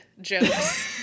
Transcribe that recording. jokes